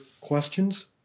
questions